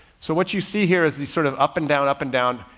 so what you see here as the sort of up and down, up and down,